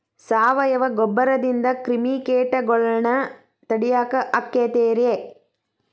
ಸಾವಯವ ಗೊಬ್ಬರದಿಂದ ಕ್ರಿಮಿಕೇಟಗೊಳ್ನ ತಡಿಯಾಕ ಆಕ್ಕೆತಿ ರೇ?